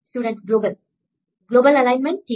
student global global alignment ठीक